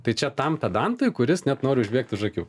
tai čia tam pedantui kuris net nori užbėgt už akių